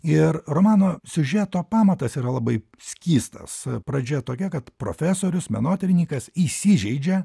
ir romano siužeto pamatas yra labai skystas pradžia tokia kad profesorius menotyrininkas įsižeidžia